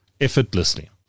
effortlessly